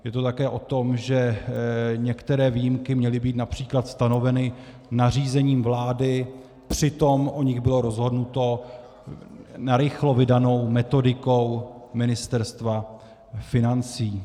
Je to také o tom, že některé výjimky měly být například stanoveny nařízením vlády, přitom o nich bylo rozhodnuto narychlo vydanou metodikou Ministerstva financí.